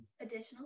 additional